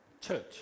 church